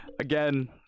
Again